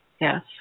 Yes